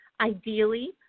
ideally